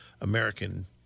American